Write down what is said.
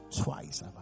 Twice